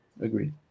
Agreed